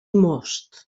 most